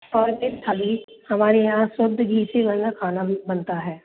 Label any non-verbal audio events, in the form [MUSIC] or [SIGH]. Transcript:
[UNINTELLIGIBLE] थाली हमारे यहाँ शुद्ध घी से बना खाना भी बनता है